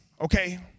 Okay